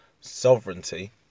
sovereignty